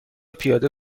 پیاده